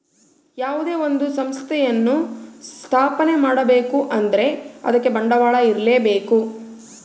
ಯಾವುದೇ ಒಂದು ಸಂಸ್ಥೆಯನ್ನು ಸ್ಥಾಪನೆ ಮಾಡ್ಬೇಕು ಅಂದ್ರೆ ಅದಕ್ಕೆ ಬಂಡವಾಳ ಇರ್ಲೇಬೇಕು